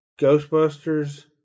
Ghostbusters